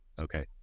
okay